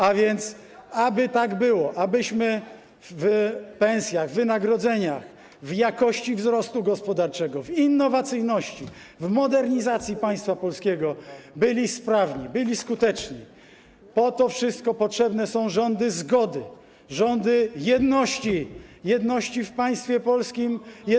A więc, aby tak było, abyśmy w pensjach, w wynagrodzeniach, w jakości wzrostu gospodarczego, w innowacyjności, w modernizacji państwa polskiego byli sprawni, byli skuteczni - po to wszystko potrzebne są rządy zgody, rządy jedności, jedności w państwie polskim... Blok Jedności Narodowej.